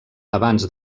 abans